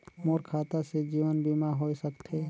मोर खाता से जीवन बीमा होए सकथे?